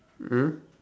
mm